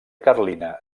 carlina